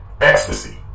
Ecstasy